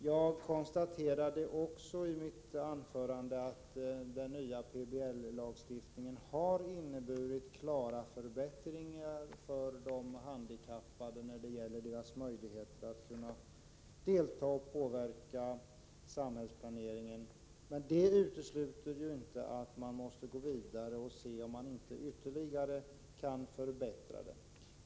Jag konstaterade i mitt anförande att den nya planoch bygglagen har inneburit klara förbättringar när det gäller de handikappades möjligheter att delta i och påverka samhällsplaneringen. Men det utesluter inte att man måste gå vidare och se om man inte kan ytterligare förbättra dem.